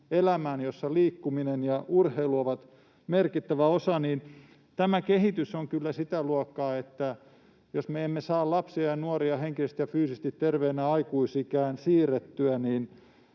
elämään, jossa liikkuminen ja urheilu ovat merkittävä osa, niin tämä kehitys on kyllä sitä luokkaa, että jos me emme saa lapsia ja nuoria henkisesti ja fyysisesti terveinä aikuisikään siirrettyä, niin